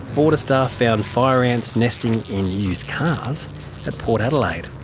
border staff found fire ants nesting in used cars at port adelaide.